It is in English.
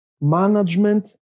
management